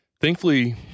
Thankfully